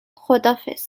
خداحافظ